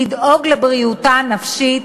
לדאוג לבריאותה הנפשית,